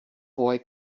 boy